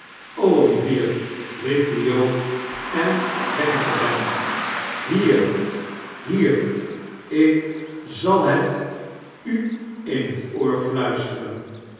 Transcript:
olivier riep de jood en wenkte hem hier hier ik zal het u in t oor fluisteren